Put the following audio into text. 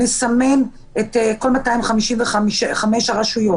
נסמן את כל 255 הרשויות,